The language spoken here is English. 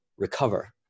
Recover